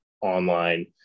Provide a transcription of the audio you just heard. online